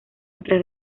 entre